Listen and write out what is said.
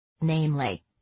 Namely